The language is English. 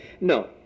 No